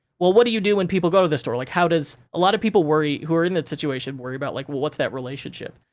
well, what do you do when people go to the store? like, how does, a lotta people worry, who are in that situation, worry about, like, well, what's that relationship?